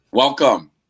Welcome